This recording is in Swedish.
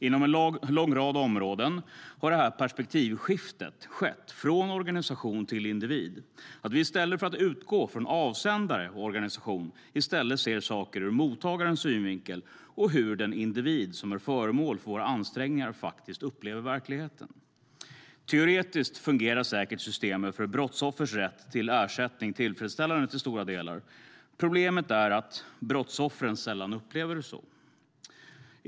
Inom en lång rad områden har detta perspektivskifte skett från organisation till individ. I stället för att utgå från avsändare och organisation ser vi saker ur mottagarens synvinkel och hur den individ som är föremål för våra ansträngningar faktiskt upplever verkligheten. Teoretiskt fungerar säkert systemet för brottsoffers rätt till ersättning tillfredsställande till stora delar. Problemet är att brottsoffren sällan upplever det så.